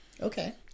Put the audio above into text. Okay